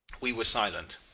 we were silent.